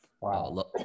Wow